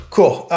Cool